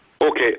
Okay